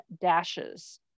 dashes